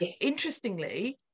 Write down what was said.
Interestingly